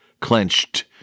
clenched